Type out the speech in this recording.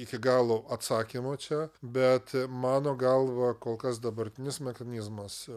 iki galo atsakymo čia bet mano galva kol kas dabartinis mechanizmas